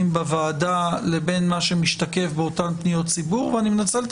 בוועדה לבין מה שמשתקף באותן פניות ציבור ואני מנצל את